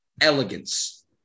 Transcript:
elegance